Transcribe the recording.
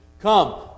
Come